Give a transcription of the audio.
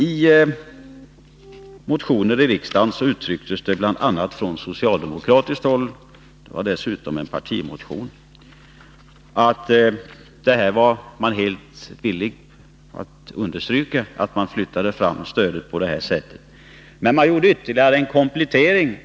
I motioner i riksdagen — bl.a. i en socialdemokratisk partimotion — underströks att man var helt villig att flytta fram stödet på detta sätt. Det gjordes en komplettering.